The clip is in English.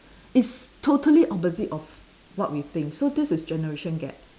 it's totally opposite of what we think so this is generation gap